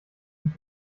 mit